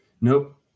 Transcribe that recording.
Nope